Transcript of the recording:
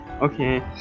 Okay